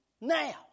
now